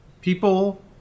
People